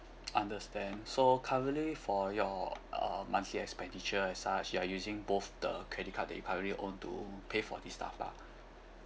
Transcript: understand so currently for your uh monthly expenditure and such you are using both the credit card that you currently own to pay for these stuff lah